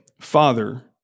Father